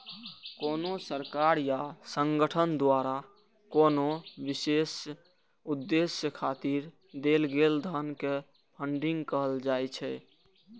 कोनो सरकार या संगठन द्वारा कोनो विशेष उद्देश्य खातिर देल गेल धन कें फंडिंग कहल जाइ छै